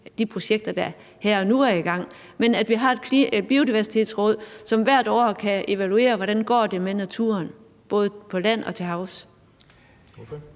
de projekter, der er i gang her og nu, så vi altså har et Biodiversitetsråd, som hvert år kan evaluere, hvordan det går med naturen, både på land og til havs?